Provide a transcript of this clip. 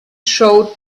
showed